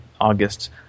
August